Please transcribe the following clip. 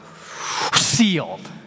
Sealed